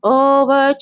over